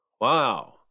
Wow